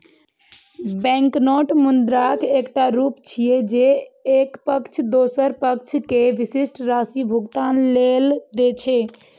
banknote मुद्राक एकटा रूप छियै, जे एक पक्ष दोसर पक्ष कें विशिष्ट राशि भुगतान लेल दै छै